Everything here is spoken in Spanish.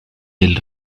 del